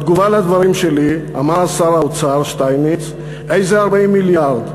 בתגובה לדברים שלי אמר אז שר האוצר שטייניץ: "איזה 40 מיליארד?